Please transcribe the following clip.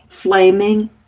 flaming